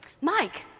Mike